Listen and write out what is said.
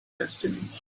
destiny